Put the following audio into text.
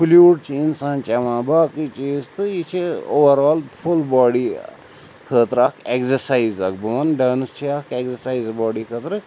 fluid چھُ اِنسان چٮ۪وان باقٕے چیٖز تہٕ یہِ چھِ اوٚوَرآل فُل باڈی خٲطرٕ اَکھ اٮ۪کزَسایِز اَکھ بہٕ وَنہٕ ڈانٕس چھِ اَکھ اٮ۪کزَسایِز باڈی خٲطرٕ